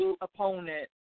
opponent